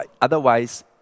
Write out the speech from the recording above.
otherwise